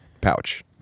Pouch